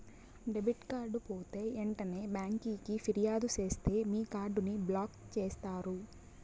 debit card పోతే ఎంటనే బ్యాంకికి ఫిర్యాదు సేస్తే మీ కార్డుని బ్లాక్ చేస్తారు